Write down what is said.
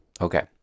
okay